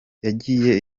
yangije